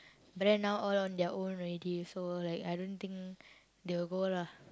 but then now all on their own already so like I don't think they will go lah